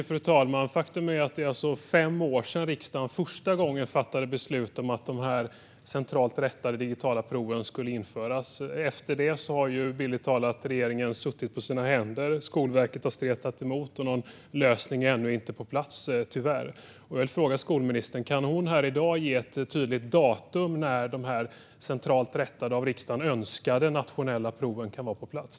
Fru talman! Faktum är att det är fem år sedan riksdagen första gången fattade beslut om att de centralt rättade digitala proven skulle införas. Eter det har regeringen bildligt talat suttit på sina händer. Skolverket har stretat emot, och någon lösning är tyvärr ännu inte på plats. Jag vill fråga skolministern: Kan hon här i dag ge ett tydligt datum när de centralt rättade av riksdagen önskade nationella proven kan vara på plats?